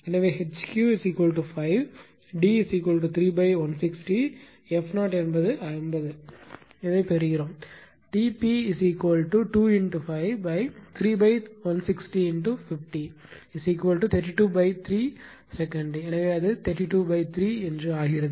எனவே H eq 5 D 3160 f 0 50 ஐப் பெறுவோம் Tp2×53160×50323 sec எனவே அது 323 ஆகிறது